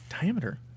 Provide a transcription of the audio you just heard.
Diameter